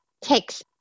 takes